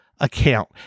account